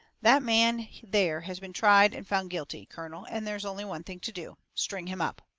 that man there has been tried and found guilty, colonel, and there's only one thing to do string him up.